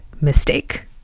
mistake